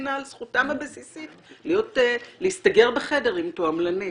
מגנה על זכותם הבסיסית להסתגר בחדר עם תועמלנית.